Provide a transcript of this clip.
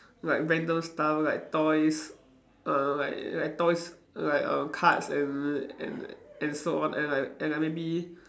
like random stuff like toys err like like toys like err cards and and and so on and like and like maybe